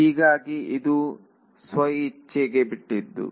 ಹೀಗಾಗಿ ಇದು ಸ್ವಇಚ್ಛೆಗೆ ಬಿಟ್ಟದ್ದು